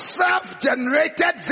self-generated